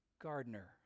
gardener